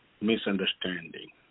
misunderstanding